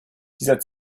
dieser